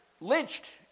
lynched